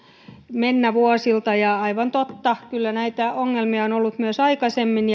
menneiltä vuosilta aivan totta kyllä näitä ongelmia on ollut myös aikaisemmin